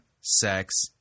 sex